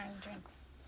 drinks